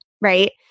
right